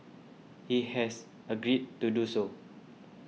he has agreed to do so